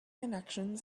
connections